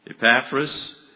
Epaphras